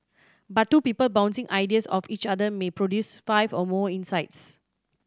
but two people bouncing ideas off each other may produce five or more insights